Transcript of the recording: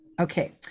Okay